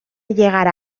llegar